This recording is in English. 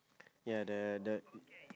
ya the the